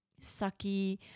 sucky